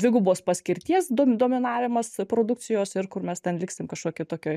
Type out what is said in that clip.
dvigubos paskirties dom dominavimas produkcijos ir kur mes ten liksim kažkokioj tokioj